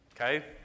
Okay